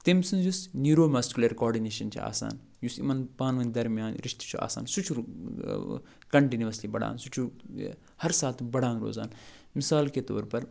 تٔمۍ سٕنٛز یُس نیٖرومَسکیوٗلَر کاڈِنیشَن چھِ آسان یُس یِمَن پانہٕ ؤنۍ درمیان رِشتہٕ چھُ آسان سُہ چھُ کَنٹِنیوٗوَسلی بڑان سُہ چھُ ہر ساتہٕ بڑان روزان مِثال کے طور پر